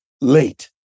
late